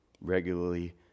Regularly